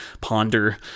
ponder